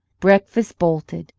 breakfast bolted,